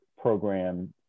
program